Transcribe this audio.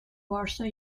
warsaw